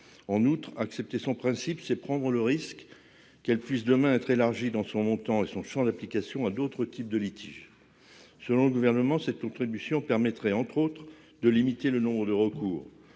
En outre, accepter son principe, c'est prendre le risque qu'elle puisse demain être élargie dans son montant et son Champ d'application à d'autres types de litiges. Selon le gouvernement, cette contribution permettrait entre autres de limiter le nombre de recours.